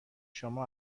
شما